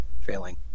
failing